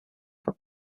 for